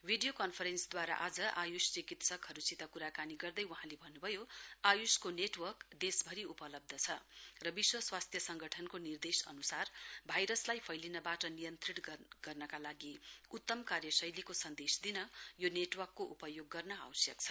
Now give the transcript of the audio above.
video कन्फरेन्सद्वारा आज आयुष चिकित्सहरुसित कुराकानी गर्दै वहाँले भन्नुभयो आयुषको नेटवर्क देशभरि उपलब्ध छ र विश्व स्वास्थ्य संगठनको निर्देश अनुसार भाइरसलाई फैलिनवाट नियन्त्रित गर्नका लागि उतम कार्यशैलीको सन्देश दिन यो नेटवर्कको उपयोग गर्न आवश्यक छ